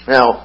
Now